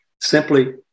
simply –